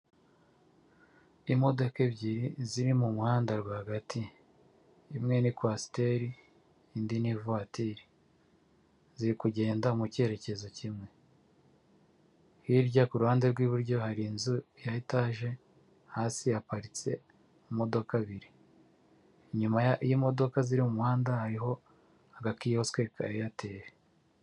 Imodoka ebyiri ziri mu muhanda rwagati imwe ni kwasiteri, indi ni ivatiri ziri kugenda mu cyerekezo kimwe hirya kuruhande rw'iburyo hari inzu ya etaje, hasi haparitse imodoka ebyiri izi modoka ziri mu muhanda hariho agakiyosike ka Airtel.